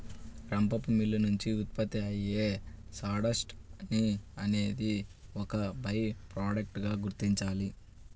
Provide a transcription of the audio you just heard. రంపపు మిల్లు నుంచి ఉత్పత్తి అయ్యే సాడస్ట్ ని అనేది ఒక బై ప్రొడక్ట్ గా గుర్తించాలి